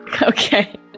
Okay